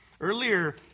Earlier